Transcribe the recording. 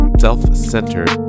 Self-centered